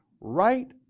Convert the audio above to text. right